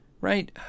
right